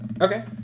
Okay